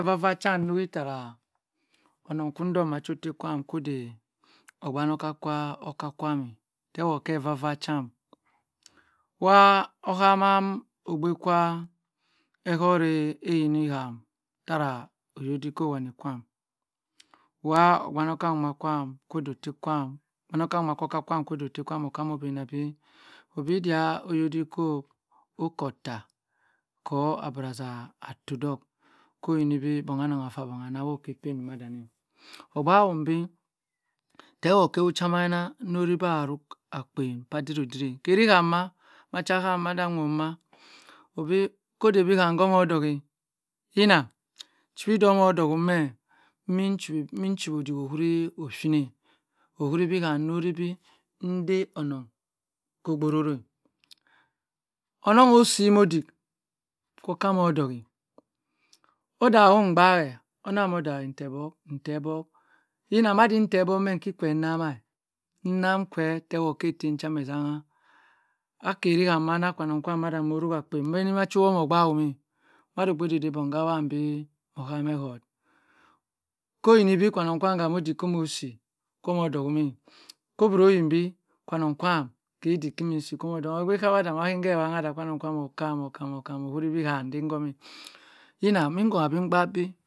Ovah vah cham nnuri tarah onong ndok macho otteh kwam kodeh ogbanorkah kwa okar kwam eh, tewoh keh kevah varh cham wha ohama ogbe kwa ehorteh yini ham tarah oyodiko wani kwam wha ogbanokha mmah kwam kordhe otteh kwam ogbanokha mmah kwam ochamo bhane bi, ddia oyodiko oko hah eppeh dumah danneh ogbhahum bi terword che wu cha maina nnory teh aruck akpien pha dirodriek kari ham mah macham nam maddah woh mah obi ko deh bi kham chumodieh yina, chwi omuduhum meh nmi chiwi iddy okhuri oshimi okhurubi kham knori bi ndeh onoh kobh ororeh onong osi moz oddik okamodiek odahum mgbahe onaghumudieh ntorbuk yina maddi nterbok meh inki kwe nnama nnam che terword ika hem cha eshangha akhariham omana kwanong kwam amoh roruhakpien mani machor omoh ogbahumieh madode odeh bongh ha wang bhee moh hermenot koyinibi kwanong kwam kam oddik comoh seh comoh dhou meh kobro yinbhe kwanong kwam kiddik kimsi comoh dghohe igbe kawadah bong a yinge ah kwanong kwam omoh kamoh kam okhuri ham ndeh gomi yina mmi hungha bhi gbai bi